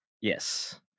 Yes